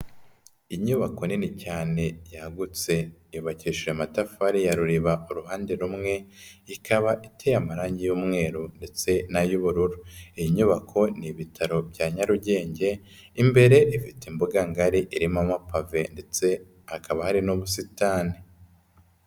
Inyubako nini cyane yagutse, yubakishije amatafari ya Ruriba uruhande rumwe, ikaba iteye amarangi y'umweru ndetse n'ay'ubururu, iyi nyubako ni ibitaro bya Nyarugenge, imbere ifite imbuga ngari irimo amapave ndetse hakaba hari n'ubusitani.